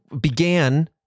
began